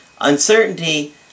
Uncertainty